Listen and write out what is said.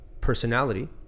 personality